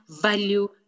value